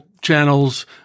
channels